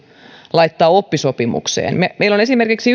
laittaa oppisopimukseen kun joku on esimerkiksi